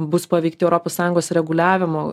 bus paveikti europos sąjungos reguliavimų